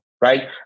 right